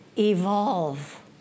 Evolve